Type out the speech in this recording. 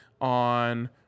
on